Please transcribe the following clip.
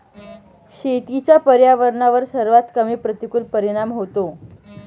शेतीचा पर्यावरणावर सर्वात कमी प्रतिकूल परिणाम होतो